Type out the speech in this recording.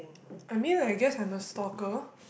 I mean like guess I'm a stalker